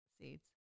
seeds